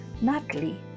Natalie